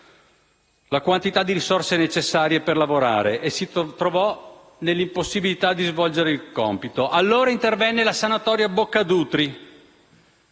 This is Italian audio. la quantità di risorse necessarie per lavorare e si trovò nell'impossibilità di svolgere il compito. Allora intervenne la sanatoria Boccadutri,